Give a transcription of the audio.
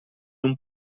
non